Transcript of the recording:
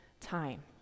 time